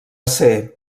ser